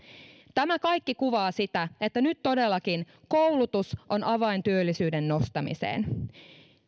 tämä kaikki kuvaa sitä että nyt todellakin koulutus on avain työllisyyden nostamiseen